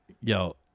Yo